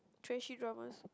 trashy dramas